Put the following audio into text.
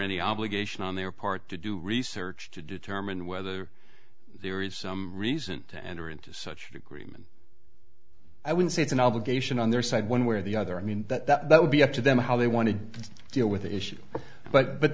any obligation on their part to do research to determine whether there is some reason to enter into such agreement i would say it's an obligation on their side one way or the other i mean that would be up to them how they want to deal with the issue but